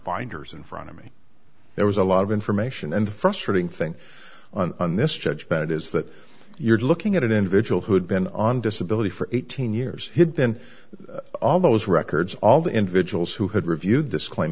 binders in front of me there was a lot of information and the frustrating thing and this judge bennett is that you're looking at an individual who had been on disability for eighteen years then all those records all the individuals who had reviewed this claim